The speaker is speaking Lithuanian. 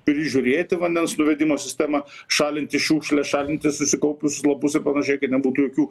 prižiūrėti vandens nuvedimo sistemą šalinti šiukšles šalinti susikaupusius lapus ir panašiai kad nebūtų jokių